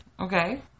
okay